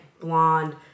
blonde